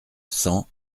cent